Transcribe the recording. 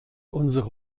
unsere